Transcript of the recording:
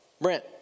Brent